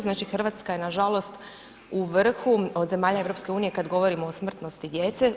Znači Hrvatska je nažalost u vrhu od zemalja EU kada govorimo o smrtnosti djece.